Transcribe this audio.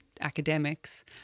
academics